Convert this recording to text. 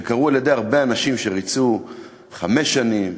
שקרו על-ידי הרבה אנשים שריצו חמש שנים,